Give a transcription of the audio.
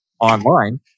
online